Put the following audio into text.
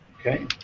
Okay